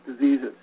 diseases